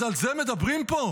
אז על זה מדברים פה?